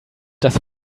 dass